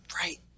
right